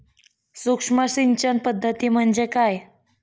सूक्ष्म सिंचन पद्धती म्हणजे काय?